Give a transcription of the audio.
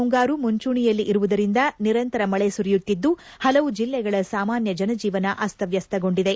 ಮುಂಗಾರು ಮುಂಚೂಣಿಯಲ್ಲಿ ಇರುವುದರಿಂದ ನಿರಂತರ ಮಳೆ ಸುರಿಯುತ್ತಿದ್ದು ಹಲವು ಜಿಲ್ಲೆಗಳ ಸಾಮಾನ್ಯ ಜನಜೀವನವನ್ನು ಅಸ್ತವ್ಯಸ್ತಗೊಳಿಸಿದೆ